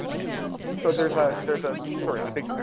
yeah so there's ah there's a, sorry i think